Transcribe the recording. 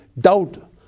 doubt